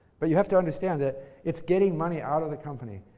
but you have to understand that it's getting money out of the company.